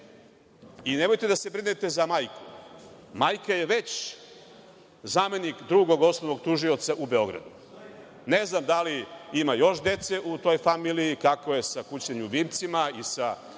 Nemojte da se brinete za majku. Majka je već zamenik Drugog osnovnog tužioca u Beogradu. Ne znam da li ima još dece u toj familiji, kako je sa kućnim ljubimcima i sa